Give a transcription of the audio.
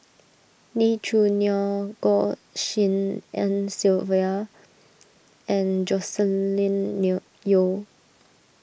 Lee Choo Neo Goh Tshin En Sylvia and Joscelin new Yeo